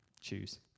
choose